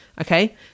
okay